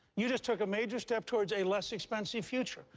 you just took a major step towards a less expensive future.